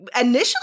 initially